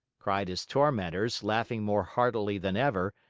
cried his tormentors, laughing more heartily than ever,